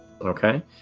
Okay